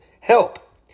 help